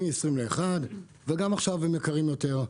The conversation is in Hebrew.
מ-2020 ל-2021 וגם עכשיו הם יקרים יותר.